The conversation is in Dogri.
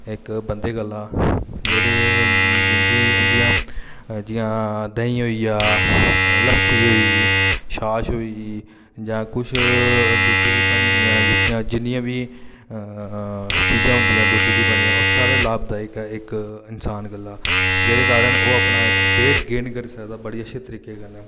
इक बंदे गल्ला जेह्ड़े जिं'दी उं'दियां जि'यां देहीं होई गेआ लस्सी होई शाश होई जां किश दुद्ध दी बनी दियां जेह्कियां जिन्नियां बी चीजां होंदियां दुद्ध दी बनी दियां ओह् सारे लाभदायक ऐ इक इन्सान गल्ला जेह्दे कारण ओह् अपना इक वेट गेन करी सकदा बड़ा अच्छे तरीके कन्नै